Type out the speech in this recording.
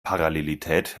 parallelität